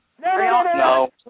No